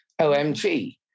OMG